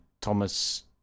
Thomas